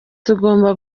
tugomba